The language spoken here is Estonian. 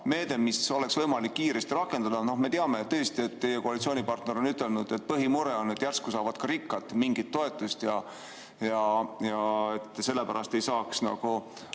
meede, mida oleks võimalik kiiresti rakendada. Me teame tõesti, et teie koalitsioonipartner on ütelnud, et põhimure on, et järsku saavad ka rikkad mingit toetust ja sellepärast ei saa seda